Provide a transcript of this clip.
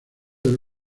del